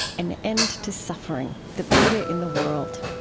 an end to suffering the buddha in the world